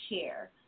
share